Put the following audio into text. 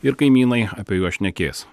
ir kaimynai apie juos šnekės